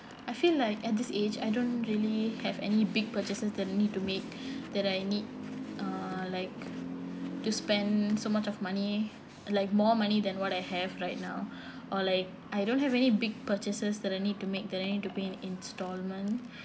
I feel like at this age I don't really have any big purchases that I need to make that I need uh like to spend so much of money like more money than what I have right now or like I don't have any big purchases that I need to make that I need to pay instalment